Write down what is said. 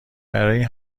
برای